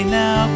now